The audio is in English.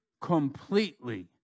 completely